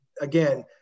again